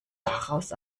daraus